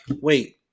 wait